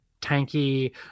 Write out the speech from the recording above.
tanky